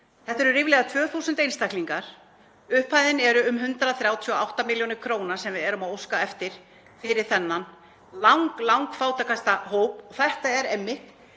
Þetta eru ríflega 2.000 einstaklingar. Upphæðin eru um 138 millj. kr. sem við erum að óska eftir fyrir þennan langfátækasta hóp. Þetta er einmitt